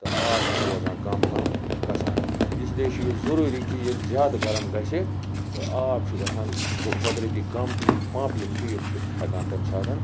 تہٕ آب تہِ چھُ روزان کم کم گَژھان اِسلیے چھُ یہِ ضروٗری کہِ ییٚلہِ زیادٕ گرم گَژھِ تہٕ آب چھُ گَژھان قۄدرٔتی کَم تہٕ یِم پَمپ یِم چھِ یِم چھِ ہیٚکان تمہِ ساتہٕ